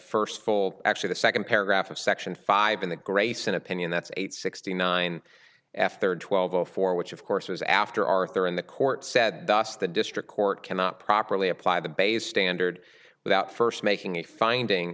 first full actually the second paragraph of section five in the grayson opinion that's eight sixty nine after twelve o four which of course was after arthur and the court said thus the district court cannot properly apply the base standard without first making a finding